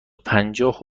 پنجاه